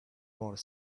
more